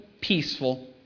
peaceful